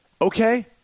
Okay